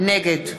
נגד